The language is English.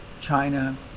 China